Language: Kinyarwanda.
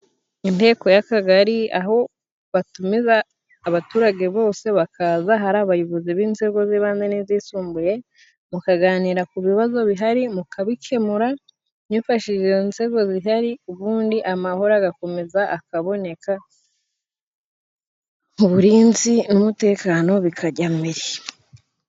Inteko y'akagari aho batumiza abaturage bose bakaza， hari abayobozi b'inzego z'ibanze n'izisumbuye， mukaganira ku bibazo bihari，mukabikemura mwifashishije inzego zihari，ubundi amahoro agakomeza akaboneka， mu burinzi n'umutekano bikajya mbere.